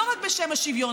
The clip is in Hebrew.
לא רק בשם השוויון,